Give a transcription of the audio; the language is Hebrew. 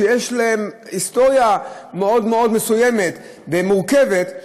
שיש להן היסטוריה מאוד מאוד מסוימת ומורכבת,